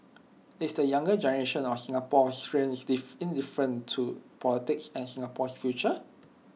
is the younger generation of Singaporeans diff indifferent towards politics and Singapore's future